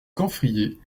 camphrier